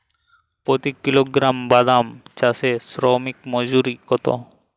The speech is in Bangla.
প্রতি কিলোগ্রাম বাদাম চাষে শ্রমিক মজুরি কত?